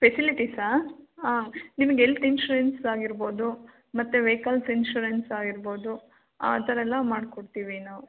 ಫೆಸಿಲಿಟಿಸಾ ಹಾಂ ನಿಮಗೆ health insurance ಆಗಿರ್ಬೋದು ಮತ್ತು ವೆಹಿಕಲ್ಸ್ ಇನ್ಶೂರೆನ್ಸ್ ಆಗಿರ್ಬೋದು ಆ ಥರ ಎಲ್ಲ ಮಾಡ್ಕೊಡ್ತೀವಿ ನಾವು